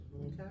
Okay